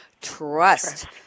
trust